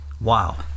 Wow